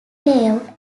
layout